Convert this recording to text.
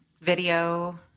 video